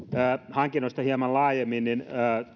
hankinnoista hieman laajemmin